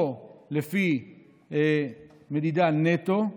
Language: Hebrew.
או לפי מדידה נטו,